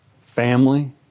family